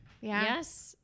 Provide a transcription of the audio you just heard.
Yes